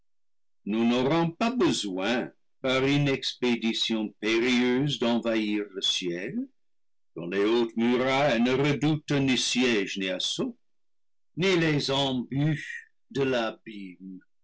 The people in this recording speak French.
nous n'aurons pas besoin par une expédition périlleuse d'envahir le ciel dont les hautes mu railles ne redoutent ni siège ni assaut ni les embûches de